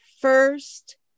first